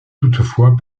toutefois